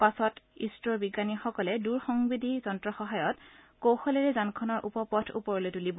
পাছত ইছৰৰ বিজ্ঞানীসকলে দূৰসংবেদী যন্ত্ৰৰ সহায়ক কৌশলেৰে যানখনৰ উপ পথ ওপৰলৈ তূলিব